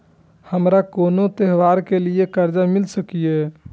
हमारा कोनो त्योहार के लिए कर्जा मिल सकीये?